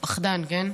פחדן, כן?